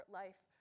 life